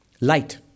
light